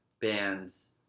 bands